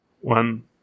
one